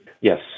Yes